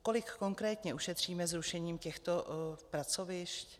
Kolik konkrétně ušetříme zrušením těchto pracovišť?